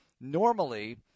normally